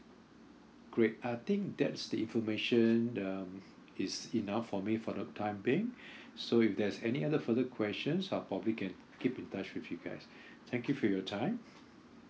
great I think that's the information um it's enough for me for the time being so if there's any other further questions I'll probably can keep in touch with you guys thank you for your time